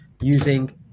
using